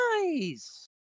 nice